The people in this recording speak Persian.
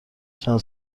چند